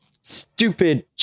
Stupid